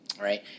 right